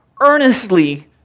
earnestly